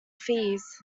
fees